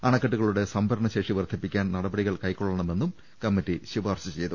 അണക്കെട്ടുകളുടെ സംഭരണശേഷി വർദ്ധിപ്പിക്കാൻ നടപടികൾ കൈക്കൊള്ളണമെന്നും കമ്മിറ്റി ശുപാർശ ചെയ്തു